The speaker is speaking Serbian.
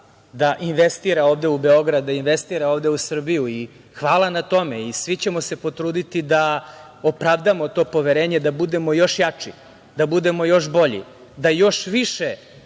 da investira ovde u Beograd, da investira ovde u Srbiju. Hvala na tome. Svi ćemo se potruditi da opravdamo to poverenje, da budemo još bolji, da još više